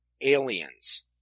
aliens